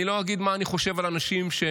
אני לא אגיד מה אני חושב על אנשים שמשקרים,